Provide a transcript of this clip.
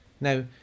Now